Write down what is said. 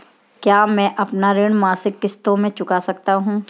क्या मैं अपना ऋण मासिक किश्तों में चुका सकता हूँ?